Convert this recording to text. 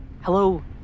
hello